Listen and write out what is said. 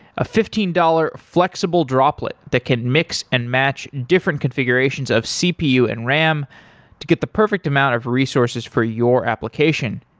a fifteen dollars flexible droplet that can mix and match different configurations of cpu and ram to get the perfect amount of resources for your application.